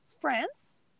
France